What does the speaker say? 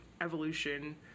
evolution